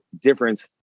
difference